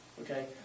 Okay